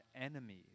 enemies